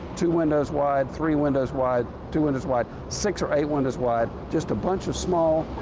two windows wide, three windows wide, two windows wide, six or eight windows wide just a bunch of small,